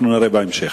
נראה בהמשך.